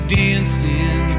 dancing